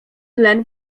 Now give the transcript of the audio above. glen